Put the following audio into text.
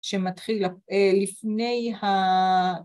שמתחיל לפני